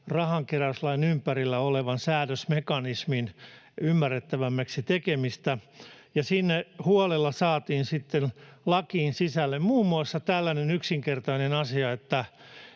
rahankeräyslain ympärillä olevan säädösmekanismin ymmärrettävämmäksi tekeminen, niin siinä huolella saatiin sitten lakiin sisälle muun muassa tällainen yksinkertainen asia,